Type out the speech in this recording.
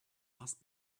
must